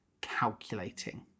calculating